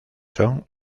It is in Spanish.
son